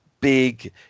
big